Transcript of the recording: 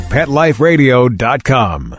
PetLifeRadio.com